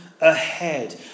ahead